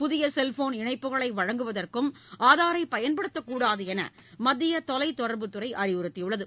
புதிய செல்ஃபோன் இணைப்புகளை வழங்குவதற்கும் ஆதாரை பயன்படுத்தக் கூடாது என மத்திய தொலைத் தொடர்புதுறை அறிவுறுத்தியுள்ளது